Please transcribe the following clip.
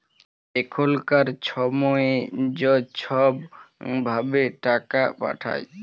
এখলকার ছময়ে য ছব ভাবে টাকাট পাঠায়